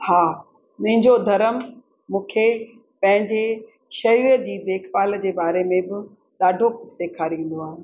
हा मुंहिंजो धर्म मूंखे पंहिंजे सरीर जी देखभाल जे बारे में बि ॾाढो कुझु सेखारींदो आहे